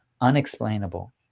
unexplainable